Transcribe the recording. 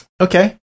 Okay